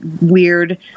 weird